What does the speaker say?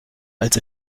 als